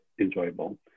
enjoyable